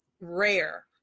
rare